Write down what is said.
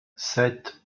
sept